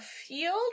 field